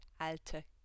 alte